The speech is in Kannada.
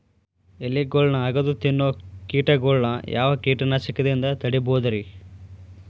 ಎಲಿಗೊಳ್ನ ಅಗದು ತಿನ್ನೋ ಕೇಟಗೊಳ್ನ ಯಾವ ಕೇಟನಾಶಕದಿಂದ ತಡಿಬೋದ್ ರಿ?